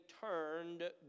turned